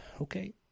okay